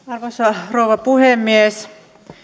arvoisa rouva puhemies